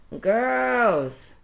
Girls